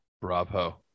Bravo